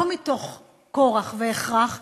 לא מתוך כורח והכרח,